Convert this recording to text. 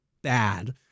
Bad